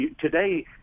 Today